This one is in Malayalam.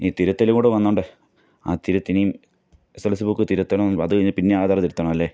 ഈ തിരുത്തൽ കൂടെ വന്നതുകൊണ്ട് ആ തിരുത്ത് ഇനിയും S S L C book തിരുത്തണം അത് കഴിഞ്ഞ് പിന്നെ ആധാർ തിരുത്തണമല്ലെ